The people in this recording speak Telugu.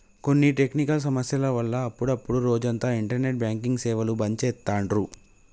కొన్ని టెక్నికల్ సమస్యల వల్ల అప్పుడప్డు రోజంతా ఇంటర్నెట్ బ్యాంకింగ్ సేవలు బంద్ చేత్తాండ్రు